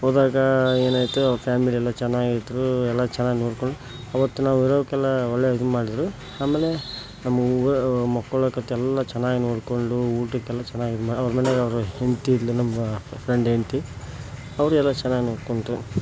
ಹೋದಾಗ ಏನಾಯಿತು ಅವ್ರ ಫ್ಯಾಮಿಲಿಯೆಲ್ಲ ಚೆನ್ನಾಗಿದ್ರು ಎಲ್ಲ ಚೆನ್ನಾಗಿ ನೋಡ್ಕೊಂಡು ಅವತ್ತು ನಾವು ಇರೊಕ್ಕೆಲ್ಲ ಒಳ್ಳೆಯ ಇದು ಮಾಡಿದರು ಆಮೇಲೆ ನಮ್ಮ ಊ ಮಕ್ಳ ಕತೆಲ್ಲ ಚೆನ್ನಾಗಿ ನೋಡಿಕೊಂಡು ಊಟಕ್ಕೆಲ್ಲ ಚೆನ್ನಾಗಿ ಇದು ಮಾಡಿ ಅವ್ರು ಮನೆಗೆಲ್ಲ ಅವ್ರ ಹೆಂಡತಿ ಇದ್ಲು ನಮ್ಮ ಫ್ರೆಂಡ್ ಹೆಂಡತಿ ಅವರು ಎಲ್ಲ ಚೆನ್ನಾಗಿ ನೋಡ್ಕೊಂಡು